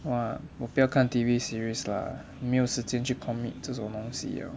!wah! 我不要看 T_V series lah 没有时间去 commit 这种东西 uh